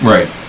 Right